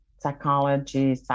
psychology